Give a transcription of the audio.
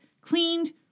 cleaned